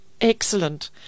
Excellent